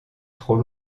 trop